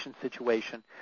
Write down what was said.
situation